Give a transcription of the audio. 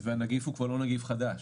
והנגיף הוא כבר לא נגיף חדש.